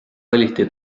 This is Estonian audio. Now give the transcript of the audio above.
valiti